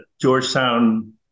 Georgetown